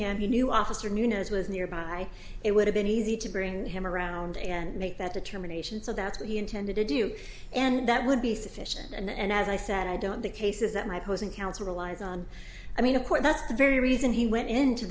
knew officer new nose was nearby it would have been easy to bring him around and make that determination so that's what he intended to do and that would be sufficient and as i said i don't the case is that my posing counsel relies on i mean a court that's the very reason he went into